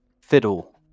Fiddle